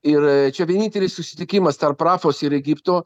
ir čia vienintelis susitikimas tarp rafos ir egipto